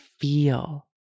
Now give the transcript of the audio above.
feel